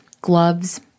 gloves